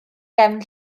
gefn